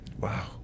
Wow